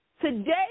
Today